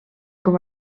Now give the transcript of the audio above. com